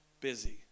busy